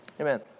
Amen